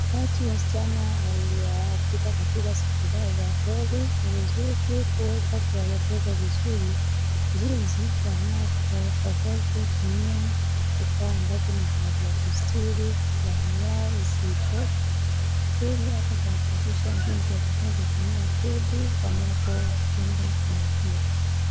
Kati ya wasichana waliofika katika siku za za hedhi ni vizuri kuweza kuwaelekeza vizuri jinsi wanavyo watakavyotumia vifaa ambavyo ni ya kustiri damu yao zisitoe. Vizuri hata kuwafundisha jinsi watakavyotumia pedi ambapo kinga damu hiyo.